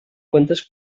quantes